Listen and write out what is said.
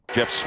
Jeff